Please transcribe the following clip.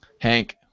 Hank